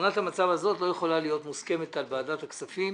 תמונת המצב הזאת לא יכולה להיות מוסכמת על ועדת הכספים.